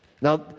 Now